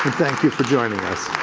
thank you for joining us.